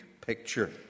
Picture